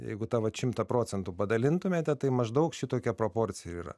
jeigu tą vat šimtą procentų padalintumėte tai maždaug šitokia proporcija ir yra